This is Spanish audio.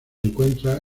encuentra